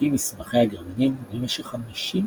לפי מסמכי הגרמנים, במשך 58